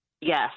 Yes